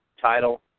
title